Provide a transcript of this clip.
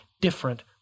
different